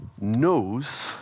knows